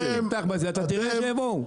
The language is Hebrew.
אתה תראה שיבואו.